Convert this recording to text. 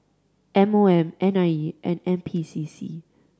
M O M N I E and N P C C